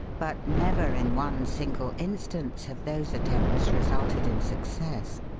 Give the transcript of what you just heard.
but never in one single instance have those attempts resulted in success.